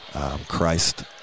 Christ